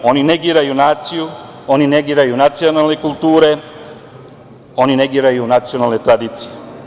Oni negiraju naciju, oni negiraju nacionalne kulture, oni negiraju nacionalne tradicije.